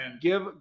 Give